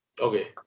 Okay